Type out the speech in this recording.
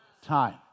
time